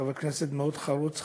חבר כנסת מאוד חרוץ,